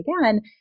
again